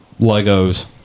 Legos